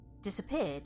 Disappeared